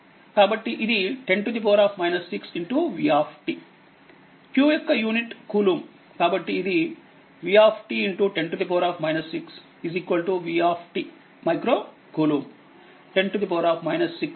కాబట్టి ఇది 10 6 v q యొక్క యూనిట్ కూలుంబ్కాబట్టి ఇది v10 6 v మైక్రోకూలుంబ్